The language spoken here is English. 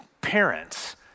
parents